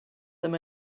them